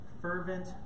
fervent